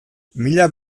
mila